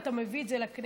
ואתה מביא את זה לכנסת.